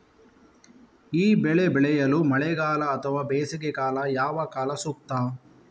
ಈ ಬೆಳೆ ಬೆಳೆಯಲು ಮಳೆಗಾಲ ಅಥವಾ ಬೇಸಿಗೆಕಾಲ ಯಾವ ಕಾಲ ಸೂಕ್ತ?